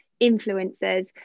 influencers